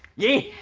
yeah.